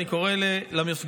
אני קורא למפגינים,